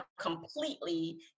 completely